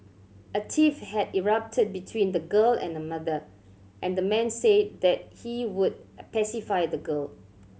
a tiff had erupted between the girl and the mother and the man said that he would pacify the girl